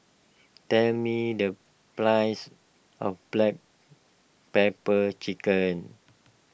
tell me the price of Black Pepper Chicken